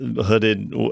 hooded